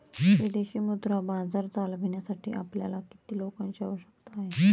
विदेशी मुद्रा बाजार चालविण्यासाठी आपल्याला किती लोकांची आवश्यकता आहे?